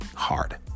Hard